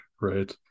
right